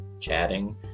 chatting